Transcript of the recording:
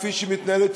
כפי שהיא מתנהלת,